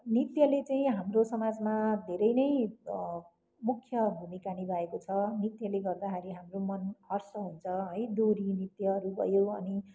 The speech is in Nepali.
नृत्यले चाहिँ हाम्रो समाजमा धेरै नै मुख्य भूमिका निभाएको छ नृत्यले गर्दाखेरि हाम्रो मन हर्ष हुन्छ है दोहोरी नृत्यहरू भयो अनि